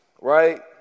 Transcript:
Right